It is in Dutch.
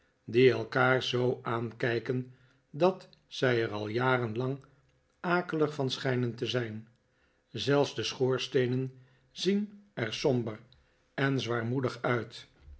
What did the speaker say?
die elkaar zoo aankijken dat zij er al jaren lang akelig van schijnen te zijn zelfs de schoorsteenen zien er somber en zwaarmoedig uit